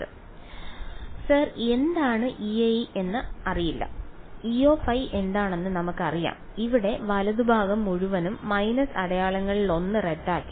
വിദ്യാർത്ഥി സാർ എന്താണ് Ei എന്ന് അറിയില്ല Ei എന്താണെന്ന് നമുക്കറിയാം ഇവിടെ വലതുഭാഗം മുഴുവനും മൈനസ് അടയാളങ്ങളിലൊന്ന് റദ്ദാക്കി